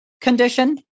condition